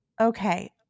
Okay